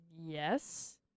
Yes